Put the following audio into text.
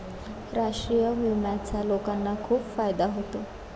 राष्ट्रीय विम्याचा लोकांना खूप फायदा होतो